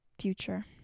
future